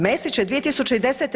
Mesić je 2010.